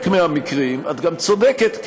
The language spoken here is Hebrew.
כי בחלק מהמקרים את גם צודקת,